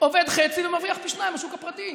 עובד חצי ומרוויח פי שניים בשוק הפרטי,